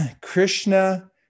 Krishna